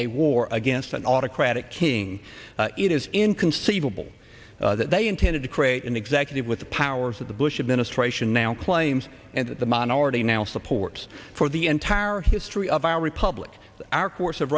a war against an autocrat atic king it is inconceivable that they intended to create an executive with the powers that the bush administration now claims and that the minority now supports for the entire history of our republic our course of